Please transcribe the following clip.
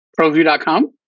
ProView.com